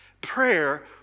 Prayer